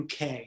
UK